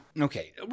Okay